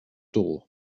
door